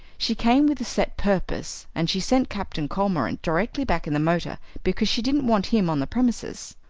she came with a set purpose, and she sent captain cormorant directly back in the motor because she didn't want him on the premises.